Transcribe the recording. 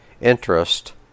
interest